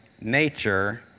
nature